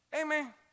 Amen